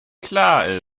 klar